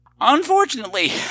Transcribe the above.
Unfortunately